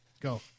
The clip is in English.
Go